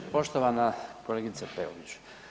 Poštovana kolegice Peović.